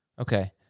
Okay